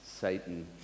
Satan